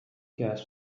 gas